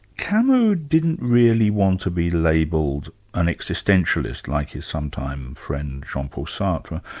camus didn't really want to be labelled an existentialist like his sometime friend, jean-paul sartre.